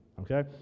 okay